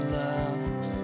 love